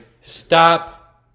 Stop